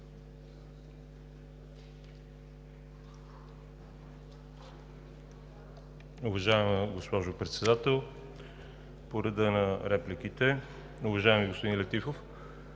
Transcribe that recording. Уважаема госпожо Председател, по реда на репликите. Уважаеми господин Летифов,